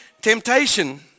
temptation